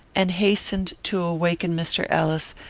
and hastened to awaken mr. ellis,